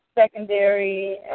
secondary